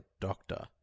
doctor